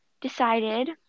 decided